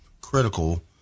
critical